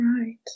Right